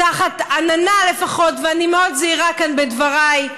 תחת עננה, לפחות, ואני מאוד זהירה כאן בדבריי,